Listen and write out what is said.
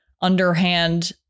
underhand